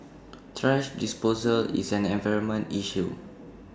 thrash disposal is an environmental issue